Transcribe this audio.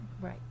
right